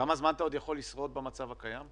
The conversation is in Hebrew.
כמה זמן אתה עוד יכול לשרוד במצב הקיים?